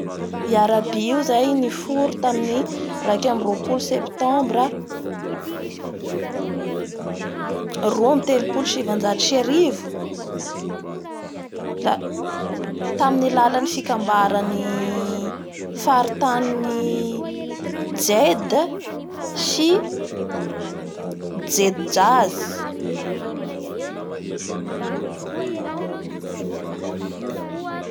I Arabie io zay niforo tamin'ny raika ambin'ny roapolo septembra roa ambin'ny telopolo sy sivanjato sy arivoda tamin'ny alalan'ny fikambanan'ny faritanin'ny Jeide sy Jedjaze.